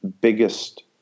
biggest